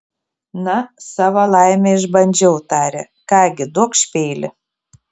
na savo laimę išbandžiau tarė ką gi duokš peilį